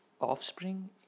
offspring